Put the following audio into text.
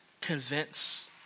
convince